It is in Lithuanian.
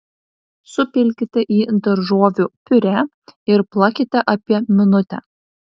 supilkite į daržovių piurė ir plakite apie minutę